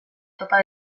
topa